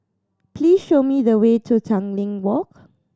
please show me the way to Tanglin Walk